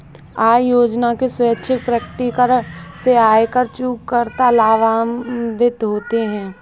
आय योजना के स्वैच्छिक प्रकटीकरण से आयकर चूककर्ता लाभान्वित होते हैं